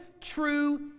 true